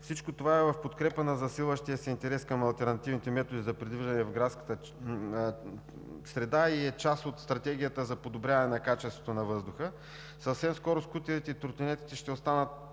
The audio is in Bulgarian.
Всичко това е в подкрепа на засилващия се интерес към алтернативните методи за предвиждане в градската среда и е част от Стратегията за подобряване на качеството на въздуха. Съвсем скоро скутерите и тротинетките ще станат